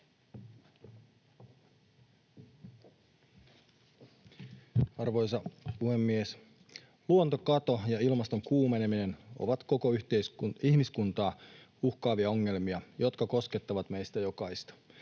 Arvoisa puhemies! Luontokato ja ilmaston kuumeneminen ovat koko ihmiskuntaa uhkaavia ongelmia, jotka koskettavat meistä jokaista.